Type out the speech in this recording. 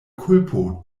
kulpo